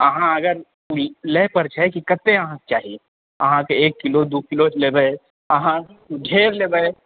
अहाँ अगर लै पर छी कि कत्ते अहाँके चाही अहाँके एक किलो दू किलो लेबै अहाँ ढेर लेबै